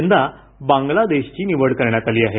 यंदा बांगलादेशची निवड करण्यात आली आहे